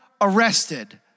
arrested